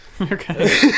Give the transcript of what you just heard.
Okay